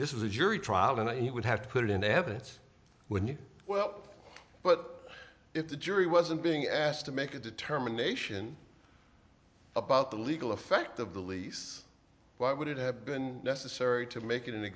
this is a jury trial and he would have to put in evidence when well but if the jury wasn't being asked to make a determination about the legal effect of the lease why would it have been necessary to make it